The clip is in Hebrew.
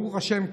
ברוך השם,